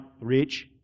rich